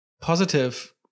positive